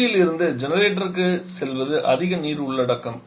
உறிஞ்சியில் இருந்து ஜெனரேட்டருக்குச் செல்வது அதிக நீர் உள்ளடக்கம்